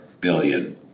billion